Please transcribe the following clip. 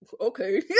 okay